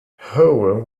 howe